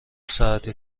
ساعتی